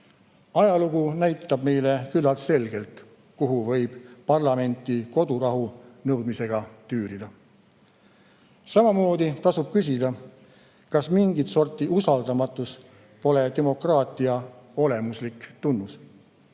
Ajalugu näitab meile küllalt selgelt, kuhu võib parlamenti kodurahu nõudmisega tüürida. Samamoodi tasub küsida, kas mingit sorti usaldamatus pole demokraatia olemuslik tunnus.